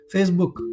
Facebook